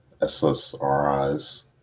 SSRIs